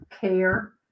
care